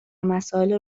مسائل